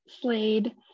Slade